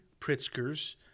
Pritzker's